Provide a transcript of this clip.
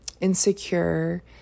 insecure